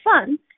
fun